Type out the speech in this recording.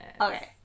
Okay